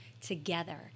together